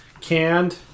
Canned